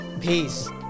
Peace